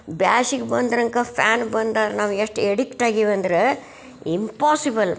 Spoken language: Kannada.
ಬ್ಯಾಸಿಗೆ ಬಂದ್ರಂಕ ಫ್ಯಾನ್ ಬಂದಾದ್ರ್ ನಾವು ಎಷ್ಟು ಎಡಿಕ್ಟ್ ಆಗಿವೆ ಅಂದ್ರೆ ಇಂಪೋಸಿಬಲ್